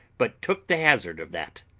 but took the hazard of that.